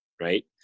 right